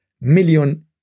million